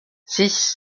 six